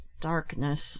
darkness